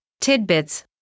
tidbits